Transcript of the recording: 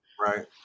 Right